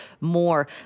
more